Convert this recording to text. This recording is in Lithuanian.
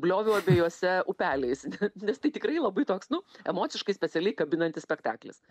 blioviau abiejuose upeliais nes tai tikrai labai toks nu emociškai specialiai kabinantis spektaklis